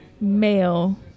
male